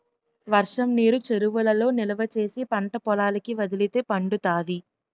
వర్షంనీరు చెరువులలో నిలవా చేసి పంటపొలాలకి వదిలితే పండుతాది